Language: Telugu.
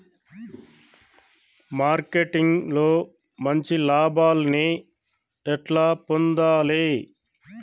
మార్కెటింగ్ లో మంచి లాభాల్ని ఎట్లా పొందాలి?